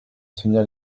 sonia